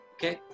Okay